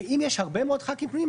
ואם יש הרבה מאוד חברי כנסת פנויים,